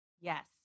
Yes